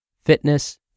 fitness